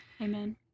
amen